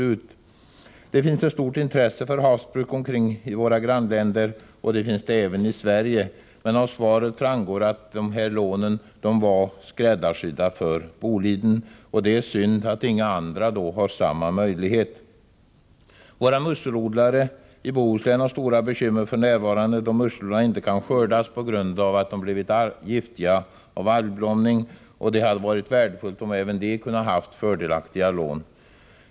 föratt starta åloch Det finns ett stort intresse för havsbruk i våra grannländer, och även här i laxforellodling Sverige, men av svaret framgår att dessa lån var skräddarsydda för Boliden. Det är synd att inga andra har samma möjlighet. Våra musselodlare i Bohuslän har stora bekymmer för närvarande, då musslorna inte kan skördas på grund av att de blivit giftiga av algblomning. Det hade varit värdefullt om även de kunde ha fått fördelaktiga lån.